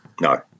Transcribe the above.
No